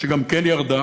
שגם כן ירדה